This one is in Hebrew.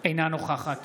אינה נוכחת